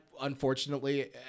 unfortunately